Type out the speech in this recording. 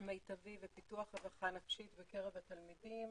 מיטבי ופיתוח הדרכה נפשית בקרב התלמידים.